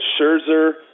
Scherzer